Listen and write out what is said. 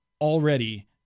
already